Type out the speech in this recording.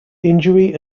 injury